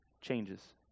changes